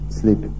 sleep